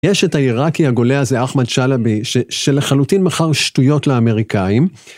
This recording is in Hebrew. יש את העיראקי הגולה הזה, אחמד שאלאבי, שלחלוטין מכר שטויות לאמריקאים.